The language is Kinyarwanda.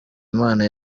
imana